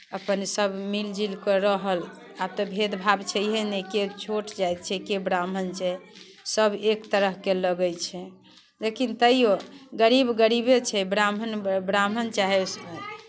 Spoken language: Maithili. अपन सभ मिलजुलि कऽ रहल आब तऽ भेदभाव छहिए नहि के छोट जाइत छै के ब्राह्मण छै सभ एक तरहके लगैत छै लेकिन तैयो गरीब गरीबे छै ब्राह्मण ब्राह्मण चाहे